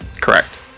Correct